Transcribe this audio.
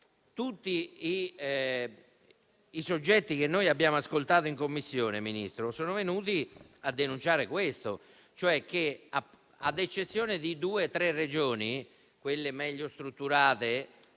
Tutti i soggetti che noi abbiamo ascoltato in Commissione, Ministro, sono venuti a denunciare che, ad eccezione di due o tre Regioni, quelle meglio strutturate